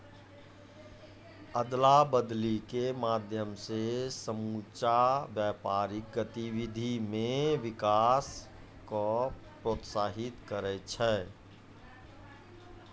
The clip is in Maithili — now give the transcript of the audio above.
अदला बदली के माध्यम से समुच्चा व्यापारिक गतिविधि मे विकास क प्रोत्साहित करै छै